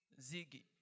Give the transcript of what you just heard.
Ziggy